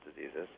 diseases